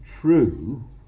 true